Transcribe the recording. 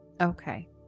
okay